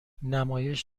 نمایش